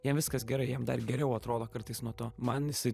jam viskas gerai jam dar geriau atrodo kartais nuo to man jisai